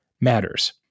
matters